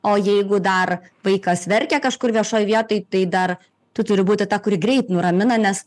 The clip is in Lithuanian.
o jeigu dar vaikas verkia kažkur viešoj vietoj tai dar tu turi būti ta kuri greit nuramina nes